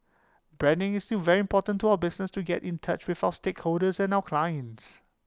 branding is still very important to our business to get in touch with our stakeholders and our clients